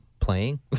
playing